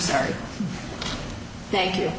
sorry thank you